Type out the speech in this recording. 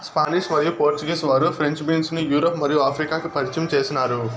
Spanish మరియు Portuguese వారు French beans ను యూరప్ మరియు ఆఫ్రికాకు పరిచయం చేసినారు